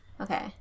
okay